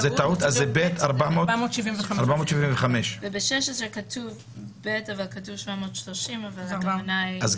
ב', אבל הסכום הוא 730. הכוונה הוא ל-475.